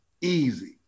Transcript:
easy